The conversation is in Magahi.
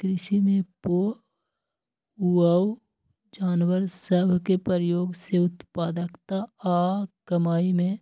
कृषि में पोअउऔ जानवर सभ के प्रयोग से उत्पादकता आऽ कमाइ में